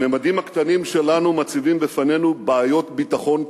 הממדים הקטנים שלנו מציבים בפנינו בעיות ביטחון קיומיות,